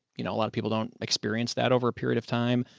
you know, a lot of people don't experience that over a period of time.